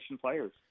players